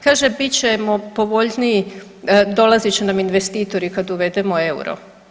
Kaže bit ćemo povoljniji, dolazit će nam investitori kad uvedemo euro.